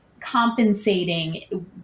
compensating